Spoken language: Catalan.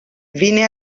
vine